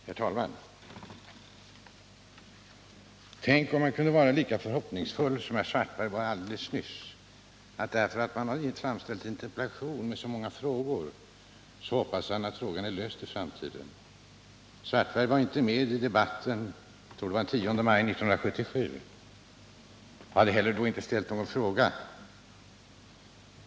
Herr talman! Tänk om man kunde vara lika förhoppningsfull som herr Svartberg var alldeles nyss! Därför att han i sin interpellation har framställt så många frågor hoppas han att problemet kommer att vara löst i framtiden. Herr Svartberg var inte med i debatten den 10 maj 1977, tror jag det var, och hade då inte heller ställt någon fråga.